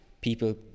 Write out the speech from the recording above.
people